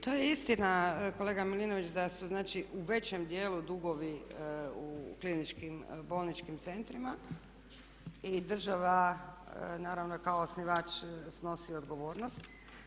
To je istina kolega Milinović da su znači u većem dijelu dugovi u kliničkim bolničkim centrima i država naravno kao osnivač snosi odgovornost.